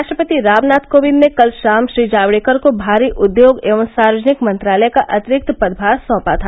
राष्ट्रपति रामनाथ कोविंद ने कल शाम श्री जावडेकर को भारी उद्योग एवं सार्वजनिक मंत्रालय का अतिरिक्त पदभार सौंपा था